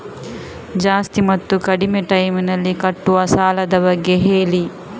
ಜಾಸ್ತಿ ಮತ್ತು ಕಡಿಮೆ ಟೈಮ್ ನಲ್ಲಿ ಕಟ್ಟುವ ಸಾಲದ ಬಗ್ಗೆ ಹೇಳಿ